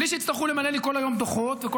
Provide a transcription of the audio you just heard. בלי שיצטרכו למלא לי כל היום דוחות וכל